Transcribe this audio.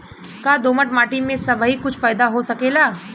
का दोमट माटी में सबही कुछ पैदा हो सकेला?